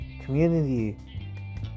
Community